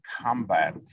combat